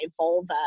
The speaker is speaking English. vulva